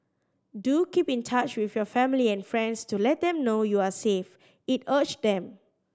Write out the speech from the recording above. do keep in touch with your family and friends to let them know you are safe it urged them